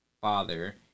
father